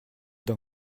dans